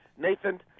Nathan